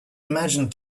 imagined